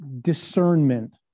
discernment